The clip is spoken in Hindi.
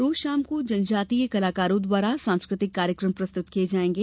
रोज शाम को जनजातीय कलाकारों द्वारा सांस्कृतिक कार्यक्रम प्रस्तुत किये जायेंगे